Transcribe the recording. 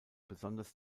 besonders